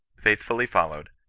faithfully followed,